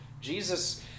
Jesus